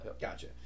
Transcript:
Gotcha